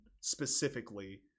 specifically